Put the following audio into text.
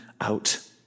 out